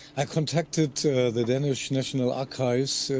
i contacted the danish national archives, so